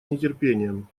нетерпением